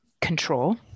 control